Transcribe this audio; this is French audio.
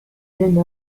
jeune